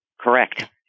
Correct